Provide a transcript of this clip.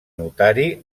notari